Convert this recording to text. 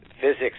physics